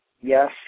Yes